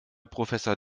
professor